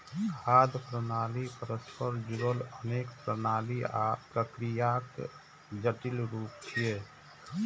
खाद्य प्रणाली परस्पर जुड़ल अनेक प्रणाली आ प्रक्रियाक जटिल रूप छियै